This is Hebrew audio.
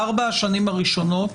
בארבע השנים הראשונות